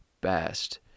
best